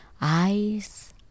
eyes